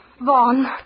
Vaughn